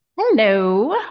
Hello